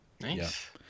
Nice